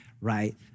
right